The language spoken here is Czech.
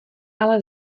ale